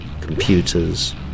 computers